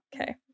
okay